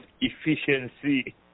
efficiency